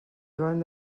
joan